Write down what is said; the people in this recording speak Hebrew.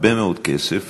הרבה מאוד כסף